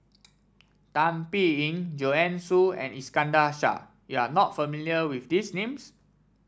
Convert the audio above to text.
Tan Biyun Joanne Soo and Iskandar Shah you are not familiar with this names